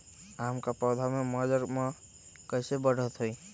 आम क पौधा म मजर म कैसे बढ़त होई?